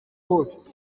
hose